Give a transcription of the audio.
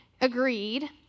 agreed